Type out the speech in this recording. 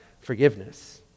forgiveness